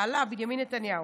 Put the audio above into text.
בעלה בנימין נתניהו.